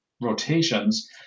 rotations